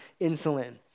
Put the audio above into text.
insulin